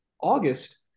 August